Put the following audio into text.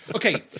Okay